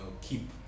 keep